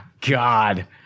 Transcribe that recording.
God